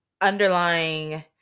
underlying